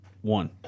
one